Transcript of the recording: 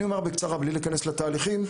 אני אומר בקצרה בלי להיכנס לתהליכים,